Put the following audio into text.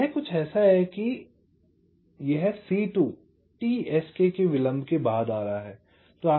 तो यह कुछ ऐसा है जैसे यह C2 t sk के विलंब के बाद आ रहा है